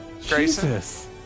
Jesus